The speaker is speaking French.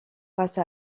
face